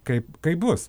kaip kaip bus